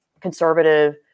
conservative